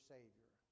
Savior